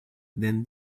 then